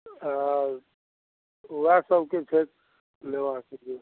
हँ ओएह सबके छै लेबाक यौ